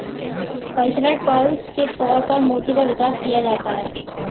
cultured pearls के तौर पर मोती का विकास किया जाता है